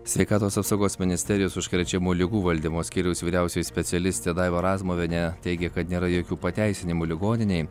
sveikatos apsaugos ministerijos užkrečiamų ligų valdymo skyriaus vyriausioji specialistė daiva razmuvienė teigia kad nėra jokių pateisinimų ligoninei